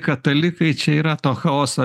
katalikai čia yra to chaoso